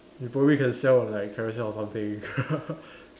you probably can sell on like carousel or something